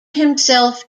himself